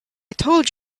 told